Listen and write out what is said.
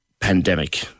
pandemic